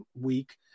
Week